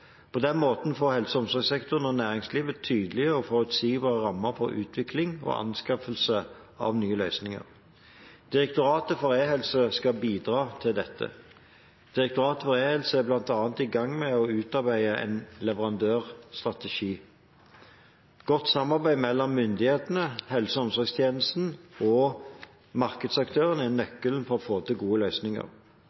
På den måten får helse- og omsorgssektoren og næringslivet tydelige og forutsigbare rammer for utvikling og anskaffelse av nye løsninger. Direktoratet for e-helse skal bidra til dette. Direktoratet for e-helse er bl.a. i gang med å utarbeide en leverandørstrategi. Godt samarbeid mellom myndighetene, helse- og omsorgstjenesten og markedsaktørene er